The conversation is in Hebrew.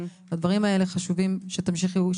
הדברים האלה חשובים שתמשיכו.